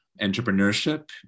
entrepreneurship